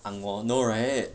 ang moh no right